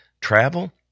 travel